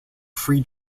free